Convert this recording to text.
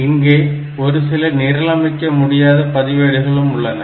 இங்கே ஒரு சில நிரலமைக்க முடியாத பதிவேடுகளும் உள்ளன